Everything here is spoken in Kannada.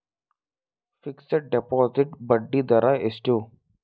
ಫಿಕ್ಸೆಡ್ ಡೆಪೋಸಿಟ್ ಬಡ್ಡಿ ದರ ಎಷ್ಟು?